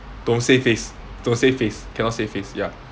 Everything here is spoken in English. don't say face don't say face cannot say face ya